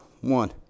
One